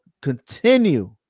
continue